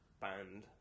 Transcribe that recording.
band